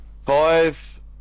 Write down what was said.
Five